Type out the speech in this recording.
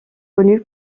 connue